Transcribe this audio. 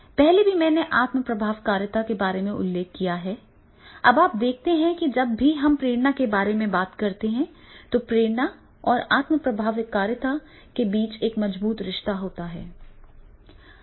पहले भी मैंने आत्म प्रभावकारिता के बारे में उल्लेख किया था अब आप देखते हैं कि जब भी हम प्रेरणा के बारे में बात करते हैं तो प्रेरणा और आत्म प्रभावकारिता के बीच एक मजबूत रिश्ता होता है